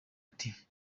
ati